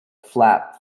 flap